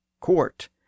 court